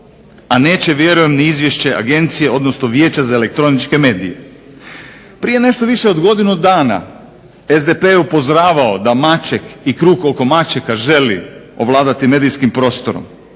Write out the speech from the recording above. a neće vjerujem niti izvješće Vijeća za elektroničke medije. Prije nešto više od godinu dana SDP je upozoravao da Maček i krug oko Mačeka želi ovladati medijskim prostorom,